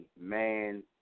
man